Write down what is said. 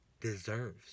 deserves